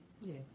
Yes